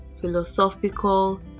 philosophical